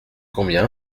combien